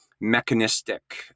mechanistic